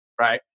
right